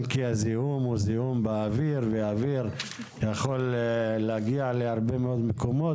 אם כי הזיהום הוא זיהום באוויר ואוויר יכול להגיע להרבה מאוד מקומות,